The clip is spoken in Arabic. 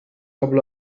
قبل